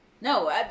no